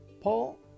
Paul